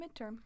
midterm